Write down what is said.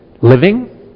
living